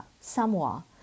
Samoa